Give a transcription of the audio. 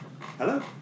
hello